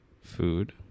Food